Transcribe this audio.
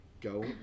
go